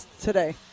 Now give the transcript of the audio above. today